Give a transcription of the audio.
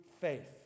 faith